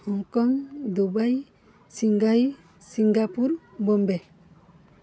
Hong Kong Dubai ସିଙ୍ଗାଇ Singapore Bombay